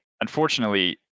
unfortunately